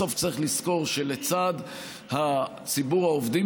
בסוף צריך לזכור שלצד ציבור העובדים,